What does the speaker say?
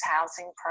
housing